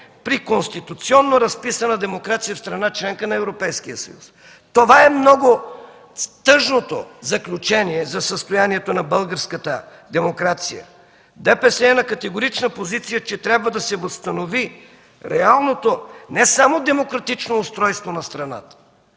при конституционно разписана демокрация в страна, членка на Европейския съюз. Това е много тъжното заключение за състоянието на българската демокрация. Движението за права и свободи е на категорична позиция, че трябва да се възстанови реалното не само демократично устройство на страната,